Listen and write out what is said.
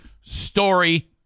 Story